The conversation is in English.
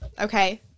Okay